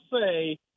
say